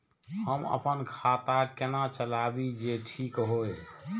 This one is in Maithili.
हम अपन खाता केना चलाबी जे ठीक होय?